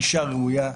היא אישה ראויה,